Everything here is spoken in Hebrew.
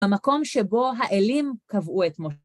המקום שבו האלים קבעו את מות...